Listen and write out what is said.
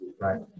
Right